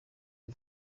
y’u